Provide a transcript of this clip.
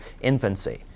infancy